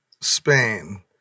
Spain